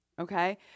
okay